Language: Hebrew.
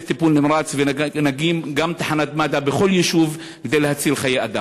טיפול נמרץ ונקים גם תחנת מד"א בכל יישוב כדי להציל חיי אדם.